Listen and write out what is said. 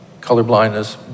colorblindness